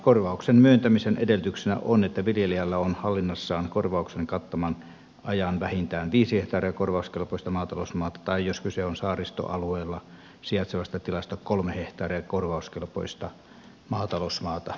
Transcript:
korvauksen myöntämisen edellytyksenä on että viljelijällä on hallinnassaan korvauksen kattaman ajan vähintään viisi hehtaaria korvauskelpoista maatalousmaata tai jos kyse on saaristoalueella sijaitsevasta tilasta kolme hehtaaria korvauskelpoista maatalousmaata saaristoalueella